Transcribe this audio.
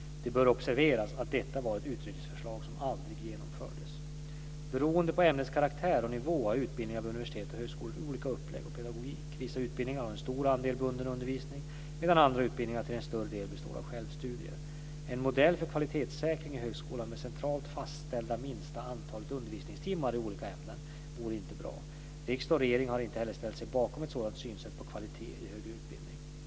Det bör observeras att detta var ett utredningsförslag som aldrig genomfördes. Beroende på ämnets karaktär och nivå har utbildningar vid universitet och högskolor olika uppläggning och pedagogik. Vissa utbildningar har en stor andel bunden undervisning, medan andra utbildningar till en större del består av självstudier. En modell för kvalitetssäkring i högskolan med centralt fastställda minsta antal undervisningstimmar i olika ämnen vore inte bra. Riksdag och regering har inte heller ställt sig bakom ett sådant synsätt på kvalitet i högre utbildning.